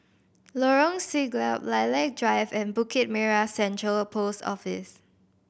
Lorong Siglap Lilac Drive and Bukit Merah Central Post Office